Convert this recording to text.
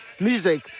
music